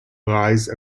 rise